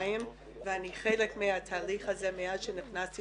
ירושלים ואני חלק מהתהליך הזה מאז נכנסתי